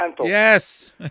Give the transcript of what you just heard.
Yes